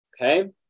okay